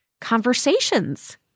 conversations